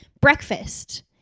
breakfast